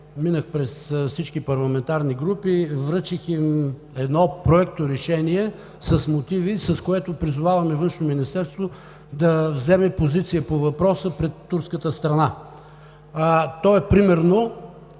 минах през всички парламентарни групи. Връчих им Проекторешение с мотиви, с което призовавам и Външното министерство да вземе позиция по въпроса пред турската страна. То е примерно,